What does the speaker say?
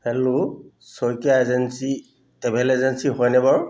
hello Saikia agency travel agency হয়নে বাৰু